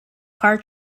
car